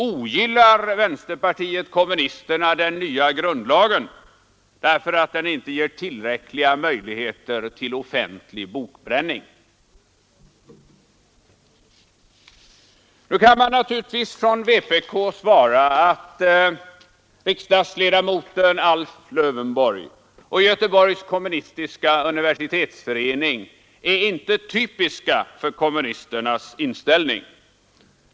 Ogillar vänsterpartiet kommunisterna den nya grundlagen därför att den inte ger tillräckliga möjligheter till offentlig bokbränning? Nu kan naturligtvis vpk svara att riksdagsledamoten Alf Lövenborg och Göteborgs kommunistiska universitetsförening inte är typiska för kommunisternas inställning.